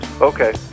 Okay